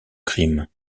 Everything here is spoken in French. crime